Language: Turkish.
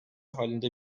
halinde